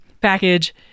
package